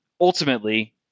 ultimately